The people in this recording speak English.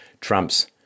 trumps